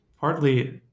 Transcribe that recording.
partly